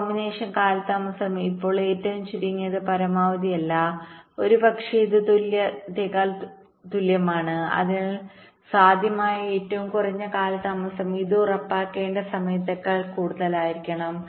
ഈ കോമ്പിനേഷൻ കാലതാമസം ഇപ്പോൾ ഏറ്റവും ചുരുങ്ങിയത് പരമാവധി അല്ല ഒരുപക്ഷേ ഇത് തുല്യത്തേക്കാൾ വലുതാണ് അതിനാൽ സാധ്യമായ ഏറ്റവും കുറഞ്ഞ കാലതാമസം ഇത് ഉറപ്പാക്കേണ്ട സമയത്തേക്കാൾ കൂടുതലായിരിക്കണം